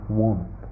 want